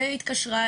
ונרצה,